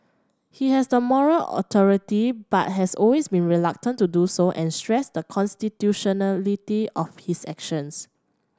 he has the moral authority but has always been reluctant to do so and stressed the constitutionality of his actions